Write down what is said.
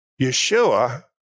Yeshua